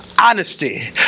honesty